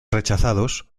rechazados